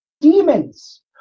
demons